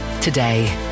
today